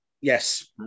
Yes